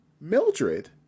Mildred